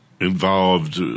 involved